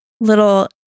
little